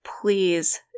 please